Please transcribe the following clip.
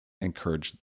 encourage